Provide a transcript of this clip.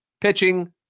pitching